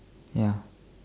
ya